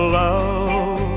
love